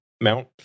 mount